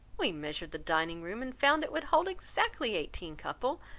we measured the dining-room, and found it would hold exactly eighteen couple,